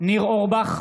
ניר אורבך,